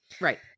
Right